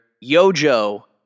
Yojo